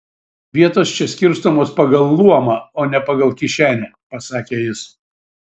vietos čia skirstomos pagal luomą o ne pagal kišenę pasakė jis